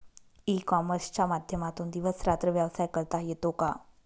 E कॉमर्सच्या माध्यमातून दिवस रात्र व्यवसाय करता येतो का?